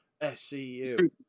SCU